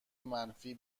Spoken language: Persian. منفی